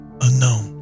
unknown